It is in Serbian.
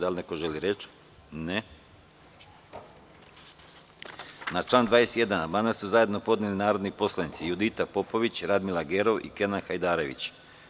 Da li neko želi reč? (Ne.) Na član 21. amandman su zajednopodneli narodni poslanici Judita Popović, Radmila Gerov i Kenan Hajdarević.